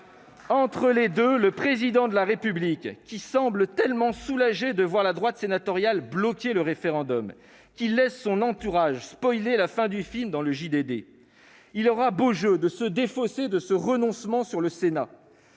Entre les deux, le Président de la République semble tellement soulagé de voir la droite sénatoriale bloquer le référendum qu'il laisse son entourage la fin du film dans le. Il aura beau jeu de se défausser de ce renoncement sur le Sénat.